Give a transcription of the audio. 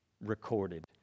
Recorded